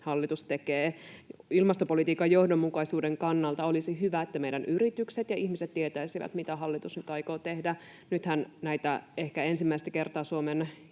hallitus tekee. Ilmastopolitiikan johdonmukaisuuden kannalta olisi hyvä, että meidän yritykset ja ihmiset tietäisivät, mitä hallitus nyt aikoo tehdä. Nythän ehkä ensimmäistä kertaa Suomen